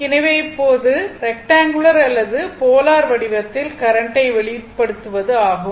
எனவே இப்போது ரெக்டங்குளர் அல்லது போலார் வடிவத்தில் கரண்ட்டை வெளிப்படுத்துவது ஆகும்